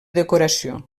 decoració